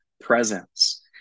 Presence